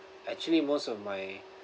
actually most of my